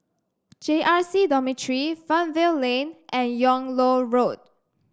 J R C Dormitory Fernvale Lane and Yung Loh Road